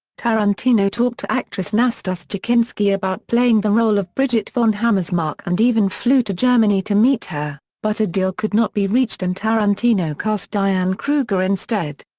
tarantino talked to actress nastassja kinski about playing the role of bridget von hammersmark and even flew to germany to meet her, but a deal could not be reached and tarantino cast diane kruger instead.